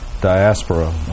diaspora